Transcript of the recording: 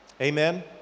Amen